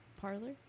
Parlor